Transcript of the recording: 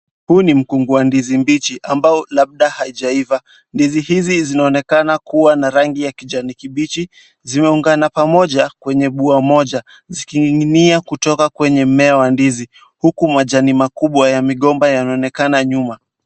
Huu ni mkungu wa ndizi mbichi ambao labda haijaivaa. Ndizi hizi zinaonekana kuwa na rangi ya kijani kibichi zimeungana pamoja kwenye bua moja, zikining'inia kutoka kwenye mmea wa ndizi huku majani makubwa ya migomba yanaonekana nyuma.